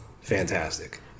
fantastic